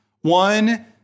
one